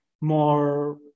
more